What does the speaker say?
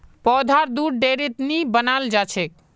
पौधार दुध डेयरीत नी बनाल जाछेक